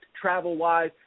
travel-wise